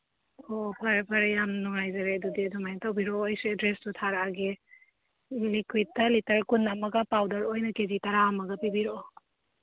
ꯑꯣ ꯐꯔꯦ ꯐꯔꯦ ꯌꯥꯝ ꯅꯨꯡꯉꯥꯏꯖꯔꯦ ꯑꯗꯨꯗꯤ ꯑꯗꯨꯃꯥꯏꯅ ꯇꯧꯕꯤꯔꯛꯑꯣ ꯑꯩꯁꯨ ꯑꯦꯗ꯭ꯔꯦꯁꯇꯨ ꯊꯥꯔꯛꯑꯒꯦ ꯂꯤꯀ꯭ꯋꯤꯠꯇ ꯂꯤꯇꯔ ꯀꯨꯟ ꯑꯃꯒ ꯄꯥꯎꯗꯔ ꯑꯣꯏꯅ ꯀꯦ ꯖꯤ ꯇꯔꯥ ꯑꯃꯒ ꯄꯤꯕꯤꯔꯛꯑꯣ